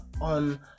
on